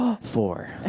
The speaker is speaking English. four